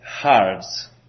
hearts